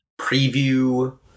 preview